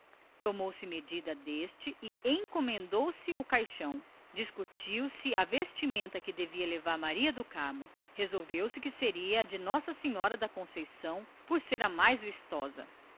tomou se medida e encomendou se o caixão discutiu se a vestimenta que devia levar maria do carmo e resolveu-se que seria a de nossa senhora da conceição por ser a mais bonita e vistosa